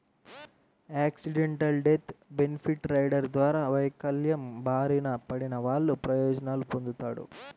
accidental death benefit rider ద్వారా వైకల్యం బారిన పడినవాళ్ళు ప్రయోజనాలు పొందుతాడు